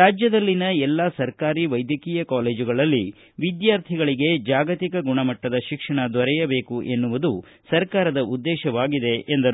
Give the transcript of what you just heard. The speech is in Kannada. ರಾಜ್ಯದಲ್ಲಿನ ಎಲ್ಲಾ ಸರ್ಕಾರಿ ವೈದ್ಯಕೀಯ ಕಾಲೇಜುಗಳಲ್ಲಿ ಎದ್ಧಾರ್ಥಿಗಳಿಗೆ ಜಾಗತಿಕ ಗುಣಮಟ್ಟದ ಶಿಕ್ಷಣ ದೊರೆಯಬೇಕು ಎಂಬುದು ಸರ್ಕಾರದ ಉದ್ದೇಶವಾಗಿದೆ ಎಂದರು